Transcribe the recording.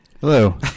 Hello